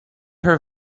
her